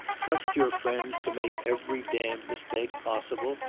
trust your friends to make every damned mistake possible!